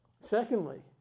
Secondly